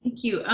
you.